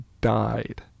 died